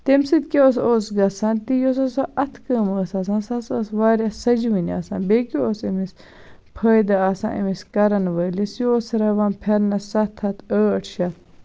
تَمہِ سۭتۍ کیاہ حظ اوس گژھان تہِ یۄس ہسا اَتھٕ کٲم ٲس آسان سۄ ہسا ٲس آسان واریاہ سجوٕنۍ آسان بیٚیہِ کیاہ اوس أمِس فٲیدٕ آسان أمِس کَرَن وٲلِس یہِ اوس ہُراوان پھیرنَس سَتھ ہَتھ ٲٹھ شَتھ